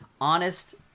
honest